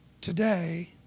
today